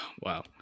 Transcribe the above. wow